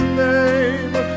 name